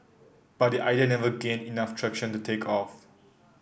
but the idea never gained enough traction to take off